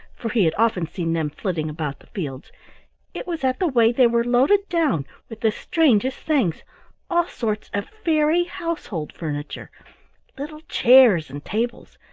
for he had often seen them flitting about the fields it was at the way they were loaded down with the strangest things all sorts of fairy household furniture little chairs and tables,